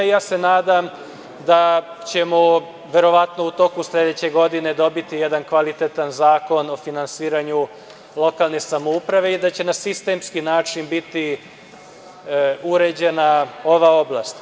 Nadam se da ćemo verovatno u toku sledeće godine dobiti jedan kvalitetan zakon o finansiranju lokalne samouprave i da će na sistemski način biti uređena ova oblast.